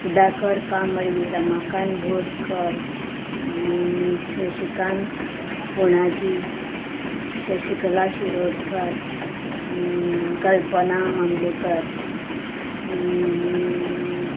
Sudhakar Kambli Ramakant Borkar Shashikant Punaji Shashikala Shirodkar Kalpana Mamlekar